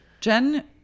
Jen